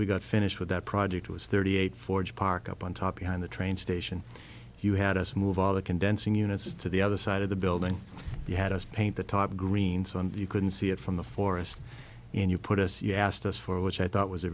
we got finished with that project was thirty eight forge park up on top in the train station you had us move all the condensing units to the other side of the building you had us paint the top greens on you couldn't see it from the forest and you put us you asked us for which i thought was a